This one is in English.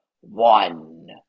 one